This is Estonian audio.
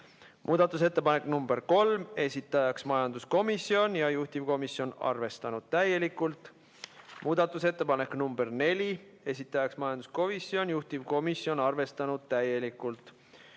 Muudatusettepanek nr 3, esitajaks majanduskomisjon ja juhtivkomisjon arvestanud täielikult. Muudatusettepanek nr 4, esitaja majanduskomisjon, juhtivkomisjon on arvestanud täielikult.